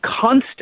constant